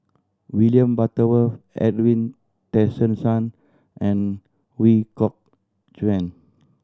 William Butterworth Edwin Tessensohn and Ooi Kok Chuen